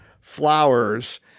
flowers